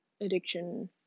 addiction